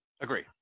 Agree